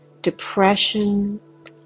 depression